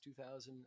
2000